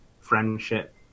friendship